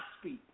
speak